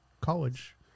college